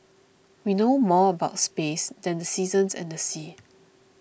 we know more about space than the seasons and the seas